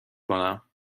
کنم